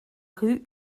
rue